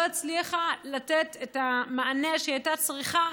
הצליחה לתת את המענה שהיא הייתה צריכה,